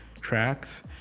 tracks